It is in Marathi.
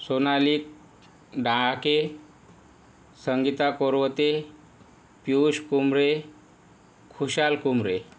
सोनाली डहाके संगीता कोरवते पियुष कुंबळे खुशाल कुंबरे